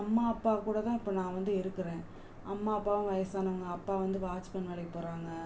அம்மா அப்பாக் கூட தான் இப்போ நான் வந்து இருக்கிறேன் அம்மா அப்பாவும் வயசானவங்க அப்பா வந்து வாட்ச்மேன் வேலைக்கு போகிறாங்க